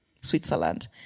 Switzerland